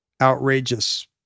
outrageous